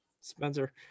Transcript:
Spencer